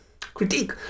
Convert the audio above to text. critique